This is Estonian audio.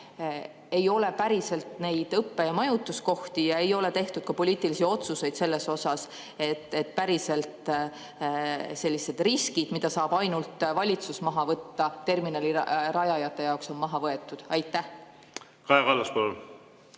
Ei ole päriselt neid õppe- ja majutuskohti ja ei ole tehtud ka poliitilisi otsuseid, et päriselt sellised riskid, mida saab ainult valitsus maha võtta terminali rajajate jaoks, oleks maha võetud. Kaja